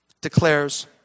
declares